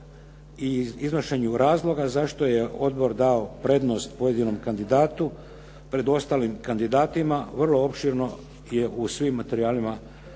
u iznošenju razloga zašto je odbor dao prednost pojedinom kandidatu pred ostalim kandidatima, vrlo opširno je u svim materijalima koji